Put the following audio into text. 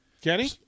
Kenny